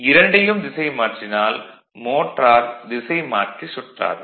இரண்டையும் திசை மாற்றினால் மோட்டார் திசை மாற்றி சுற்றாது